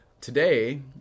Today